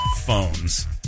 phones